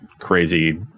crazy